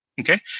Okay